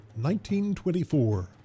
1924